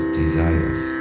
desires